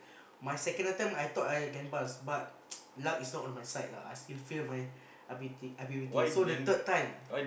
my second attempt I thought I can pass but luck is not on my side lah I still failed my I_P_P_T I_P_P_T so the third time